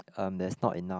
um there's not enough